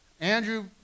Andrew